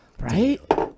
Right